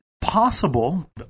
possible